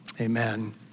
Amen